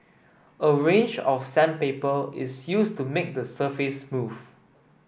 a range of sandpaper is used to make the surface smooth